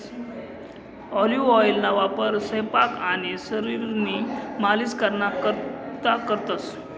olive ऑइलना वापर सयपाक आणि शरीरनी मालिश कराना करता करतंस